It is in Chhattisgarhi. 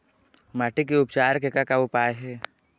माटी के उपचार के का का उपाय हे?